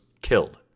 killed